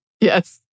Yes